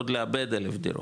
עוד לאבד אלף דירות.